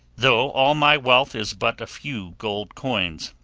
though all my wealth is but a few gold coins.